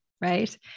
Right